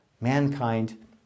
mankind